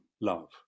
love